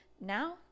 now